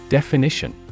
Definition